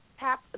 Tap